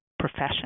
Profession